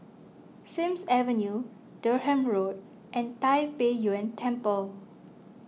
Sims Avenue Durham Road and Tai Pei Yuen Temple